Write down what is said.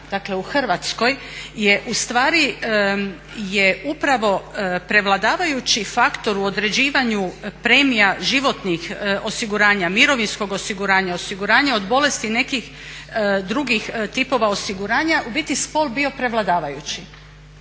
dakle u Hrvatskoj je ustvari je upravo prevladavajući faktor u određivanju premija životnih osiguranja, mirovinskog osiguranja, osiguranja od bolesti nekih drugih tipova osiguranja u biti spol bio prevladavajući.